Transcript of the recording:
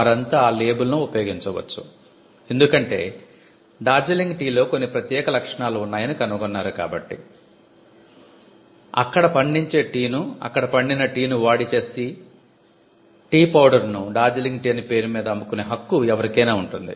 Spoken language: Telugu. వారంతా ఆ లేబుల్ను ఉపయోగించవచ్చు ఎందుకంటే డార్జిలింగ్ టీలో కొన్ని ప్రత్యేక లక్షణాలు ఉన్నాయని కనుగొన్నారు కాబట్టి అక్కడ పండించే టీ ను అక్కడ పండిన టీ ను వాడి చేసే టీ పౌడర్ ను డార్జీలింగ్ టీ అనే పేరు మీద అమ్ముకునే హక్కు ఎవరికైనా ఉంటుంది